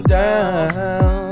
down